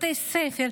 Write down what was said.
בתי ספר,